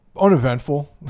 uneventful